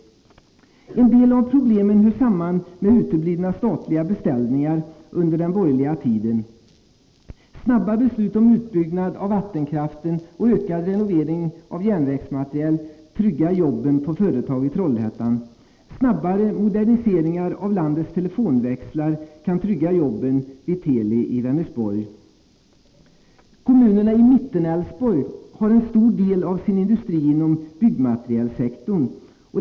En del av problemen hör samman med uteblivna statliga beställningar under den borgerliga tiden. Snabba beslut om utbyggnad av vattenkraften och ökad renovering av järnvägsmaterial tryggar jobben på företag i Trollhättan. Snabbare modernisering av landets telefonväxlar kan trygga jobben vid Teli i Vänersborg. Kommunerna i Mittenälvsborg har en stor del av sin industri inom byggmaterielsektorn.